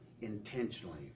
intentionally